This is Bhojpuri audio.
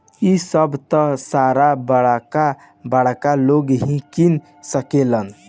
इ सभ त सारा बरका बरका लोग ही किन सकेलन